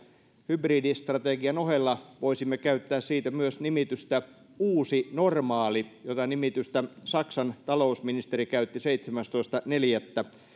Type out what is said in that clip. hybridistrategian ohella voisimme käyttää siitä myös nimitystä uusi normaali jota nimitystä saksan talousministeri käytti seitsemästoista neljättä